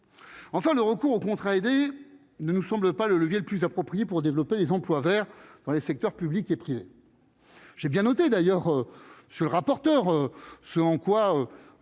Enfin, le recours aux contrats aidés ne nous semble pas le levier le plus approprié pour développer les emplois verts dans les secteurs public et privé, j'ai bien noté d'ailleurs sur le rapporteur, ce en quoi